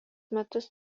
metus